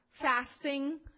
fasting